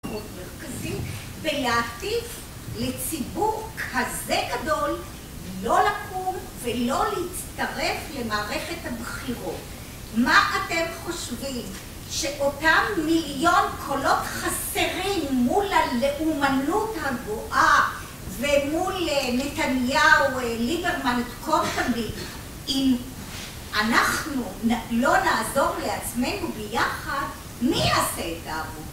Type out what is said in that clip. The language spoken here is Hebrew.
ולהטיף לציבור כזה גדול לא לקום ולא להצטרף למערכת הבחירות. מה אתם חושבים? שאותם מיליון קולות חסרים מול הלאומנות הגאוהה ומול נתניהו וליברמלד קורטבי, אם אנחנו לא נעזור לעצמנו ביחד, מי יעשה את האבות?